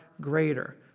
greater